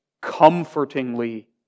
Comfortingly